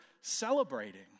celebrating